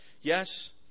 Yes